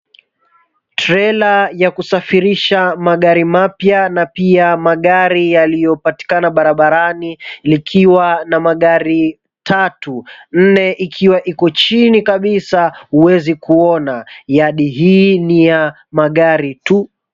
Trela ya kusafirisha magari mapya na pia magari yaliyopatikana barabarani likiwa na magari tatu, nne ikiwa iko chini kabisa huwezi kuona yadi hii ni ya magari tu.